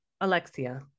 Alexia